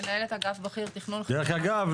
מנהלת אגף בכיר תכנון --- דרך אגב,